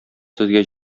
сезгә